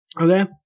Okay